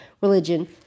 religion